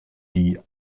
die